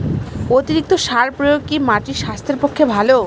অতিরিক্ত সার প্রয়োগ কি মাটির স্বাস্থ্যের পক্ষে ভালো?